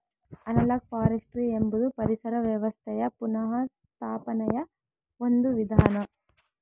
analogue forestry ಎಂಬುದು ಪರಿಸರ ವ್ಯವಸ್ಥೆಯ ಪುನಃಸ್ಥಾಪನೆಯ ಒಂದು ವಿಧಾನ